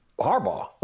Harbaugh